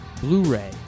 Blu-ray